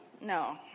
No